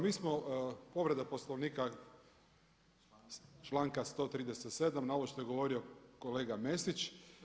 Mi smo, povreda Poslovnika članka 137. na ovo što je govorio kolega Mesić.